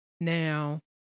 Now